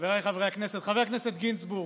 חבריי חברי הכנסת, חבר הכנסת גינזבורג,